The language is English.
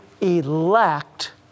elect